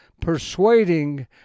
persuading